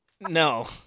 No